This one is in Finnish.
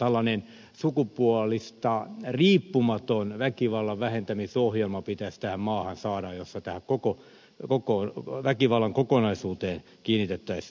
tällainen sukupuolista riippumaton väkivallan vähentämisohjelma pitäisi tähän maahan saada jossa tähän väkivallan kokonaisuuteen kiinnitettäisiin huomiota